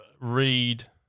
Read